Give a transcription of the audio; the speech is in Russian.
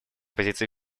позиции